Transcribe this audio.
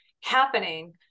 happening